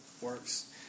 works